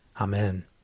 Amen